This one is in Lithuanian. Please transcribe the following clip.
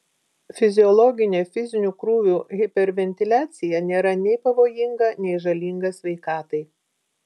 fiziologinė fizinių krūvių hiperventiliacija nėra nei pavojinga nei žalinga sveikatai